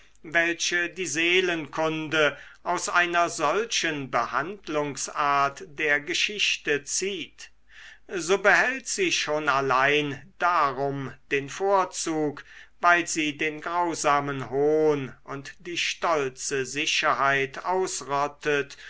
welche die seelenkunde aus einer solchen behandlungsart der geschichte zieht so behält sie schon allein darum den vorzug weil sie den grausamen hohn und die stolze sicherheit ausrottet